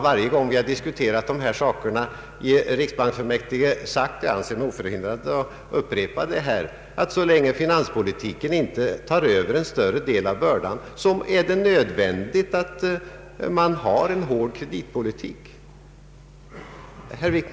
Varje gång vi har diskuterat dessa saker i riksbanksfullmäktige har jag sagt — och jag anser mig oförhindrad att upprepa det här — att så länge finanspolitiken inte tar över en större del av bördan, är det nödvändigt att föra en hård kreditpolitik. Herr Wickman!